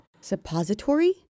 Suppository